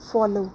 follow